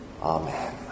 Amen